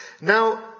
Now